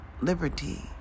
liberty